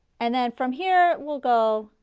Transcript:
and then from here we'll go